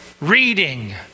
reading